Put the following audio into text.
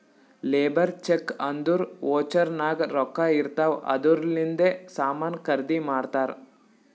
labour cheque ಅಂದುರ್ voucher ನಾಗ್ ರೊಕ್ಕಾ ಇರ್ತಾವ್ ಅದೂರ್ಲಿಂದೆ ಸಾಮಾನ್ ಖರ್ದಿ ಮಾಡ್ತಾರ್